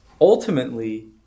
ultimately